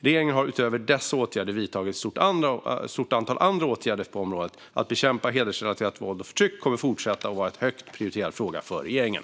Regeringen har utöver dessa åtgärder vidtagit ett stort antal andra åtgärder på området. Att bekämpa hedersrelaterat våld och förtryck kommer att fortsätta att vara en högt prioriterad fråga för regeringen.